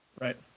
Right